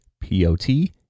p-o-t